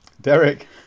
Derek